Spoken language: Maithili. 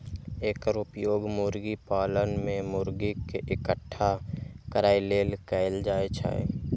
एकर उपयोग मुर्गी पालन मे मुर्गी कें इकट्ठा करै लेल कैल जाइ छै